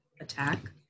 attack